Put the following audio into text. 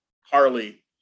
Harley